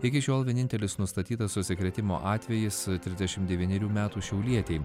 iki šiol vienintelis nustatytas užsikrėtimo atvejis trisdešim devynerių metų šiaulietei